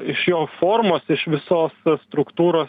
iš jo formos iš visos struktūros